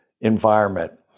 environment